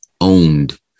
owned